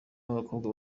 b’abakobwa